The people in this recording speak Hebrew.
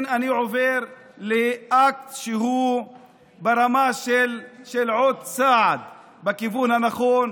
אני עובר לאקט שהוא ברמה של עוד צעד בכיוון הנכון,